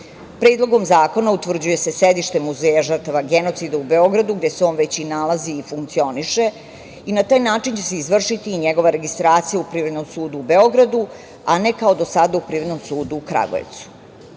zaštite. Predlogom zakona utvrđuje se sedište Muzeja žrtava genocida u Beogradu, gde se on već i nalazi i funkcioniše i na taj način će se izvršiti i njegova registracija u Privrednom sudu u Beogradu, a ne kao do sada u Privrednom sudu u Kragujevcu. Kao